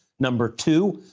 number two,